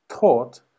taught